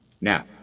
Now